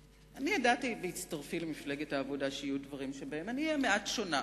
ידעתי בהצטרפי למפלגת העבודה שיהיו דברים שבהם אני אהיה מעט שונה.